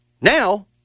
Now